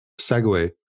segue